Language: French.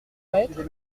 maître